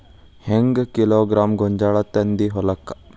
ಹೆಂಗ್ ಕಿಲೋಗ್ರಾಂ ಗೋಂಜಾಳ ತಂದಿ ಹೊಲಕ್ಕ?